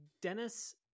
Dennis